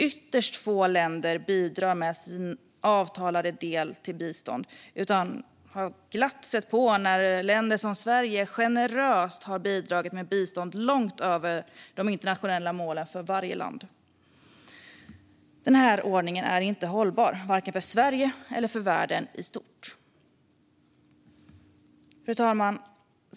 Ytterst få länder bidrar med sin avtalade del till bistånd. De flesta har glatt sett på när länder som Sverige generöst har bidragit med bistånd långt över de internationella målen för varje land. Den här ordningen är inte hållbar, varken för Sverige eller för världen i stort. Fru talman!